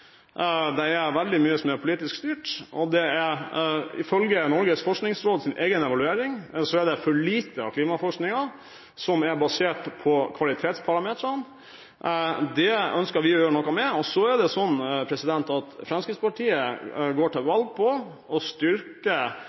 Det er veldig mye som er politisk styrt, og ifølge Norges forskningsråds egen evaluering er det for lite av klimaforskningen som er basert på kvalitetsparameterne. Det ønsker vi å gjøre noe med. Fremskrittspartiet går til valg på å styrke